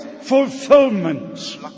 fulfillment